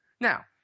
now